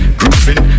grooving